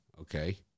Okay